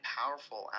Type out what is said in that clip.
powerful